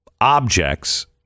objects